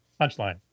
Punchline